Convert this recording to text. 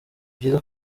byiza